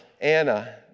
Anna